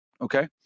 okay